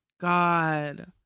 God